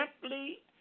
simply